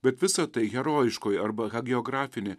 bet visa tai herojiškoji arba hagiografinė